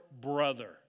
brother